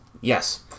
Yes